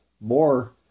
more